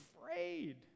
Afraid